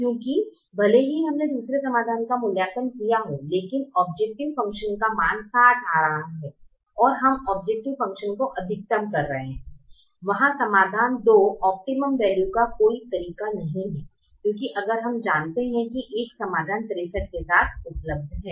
क्योंकि भले ही हमने दूसरे समाधान का मूल्यांकन किया हो लेकिन औब्जैकटिव फ़ंक्शन का मान 60 आ रहा हैं ओर हम औब्जैकटिव फ़ंक्शन को अधिकतम कर रहे हैं वहा समाधान 2 ओप्टिमम वैल्यू का कोई तरीका नहीं है क्यूकि अगर हम जानते हैं कि एक समाधान 63 के साथ उपलब्ध है